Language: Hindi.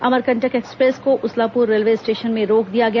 अमरकंटक एक्सप्रेस को उसलापुर रेलवे स्टेशन में रोक दिया गया